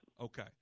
Okay